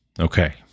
Okay